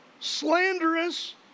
slanderous